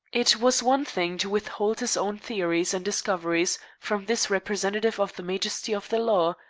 it was one thing to withhold his own theories and discoveries from this representative of the majesty of the law,